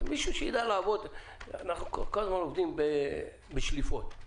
אנחנו עובדים בשליפות.